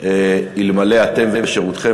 אלמלא אתם ושירותכם,